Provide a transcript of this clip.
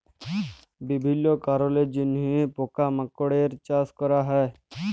বিভিল্য কারলের জন্হে পকা মাকড়ের চাস ক্যরা হ্যয়ে